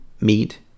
meat